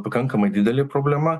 pakankamai didelė problema